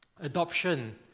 Adoption